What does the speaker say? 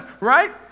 right